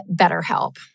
BetterHelp